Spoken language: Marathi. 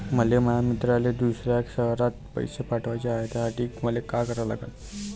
मले माया मित्राले दुसऱ्या शयरात पैसे पाठवाचे हाय, त्यासाठी मले का करा लागन?